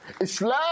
Islam